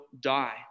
die